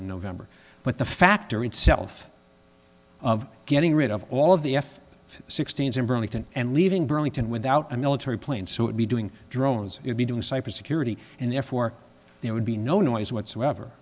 in november but the factory itself of getting rid of all of the f sixteen s in burlington and leaving burlington without a military plane so would be doing drones would be doing cyprus security and therefore there would be no noise whatsoever